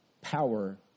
power